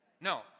No